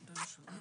הישיבה